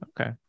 okay